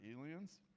aliens